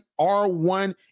R1